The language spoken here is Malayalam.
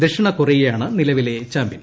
ദക്ഷിണ കൊറിയയാണ് നിലവിലെ ചാമ്പ്യൻ